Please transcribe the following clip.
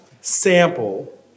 sample